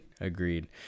Agreed